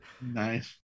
nice